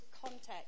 context